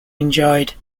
enjoyed